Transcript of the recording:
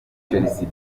chelsea